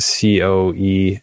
COE